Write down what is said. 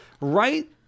right